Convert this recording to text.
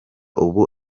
ubu